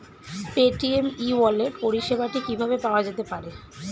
Paytm e wallet পরিষেবাটি কিভাবে পাওয়া যেতে পারে?